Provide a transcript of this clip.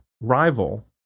rival